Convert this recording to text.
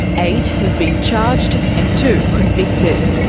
eight have been charged, and two convicted.